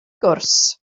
gwrs